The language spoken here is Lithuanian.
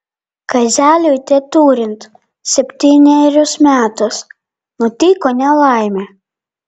kazeliui teturint septynerius metus nutiko nelaimė